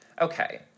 okay